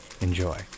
Enjoy